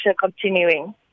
continuing